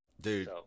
Dude